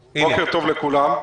לכולם.